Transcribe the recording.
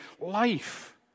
life